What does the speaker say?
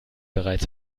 bereits